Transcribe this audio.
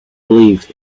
believed